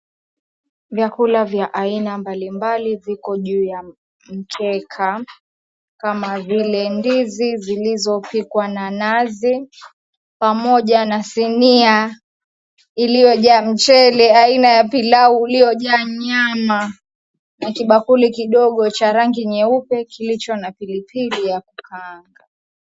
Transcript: Vyakula vya aina mbalimbali viko juu ya mkeka kama vile; ndizi zilizopikwa na nazi pamoja na sinia iliyojaa mchele aina ya pilau uliojaa nyama na kibakuli kidogo cha rangi nyeupe kilicho na pilipili ya kukaanga.